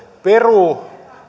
peruu